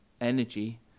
energy